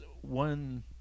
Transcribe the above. one